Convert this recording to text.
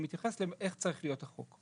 הוא מתייחס לאיך צריך להיות החוק.